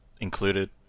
included